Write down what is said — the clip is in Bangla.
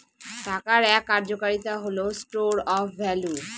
টাকার এক কার্যকারিতা হল স্টোর অফ ভ্যালু